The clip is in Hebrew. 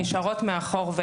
נשארות מאחור.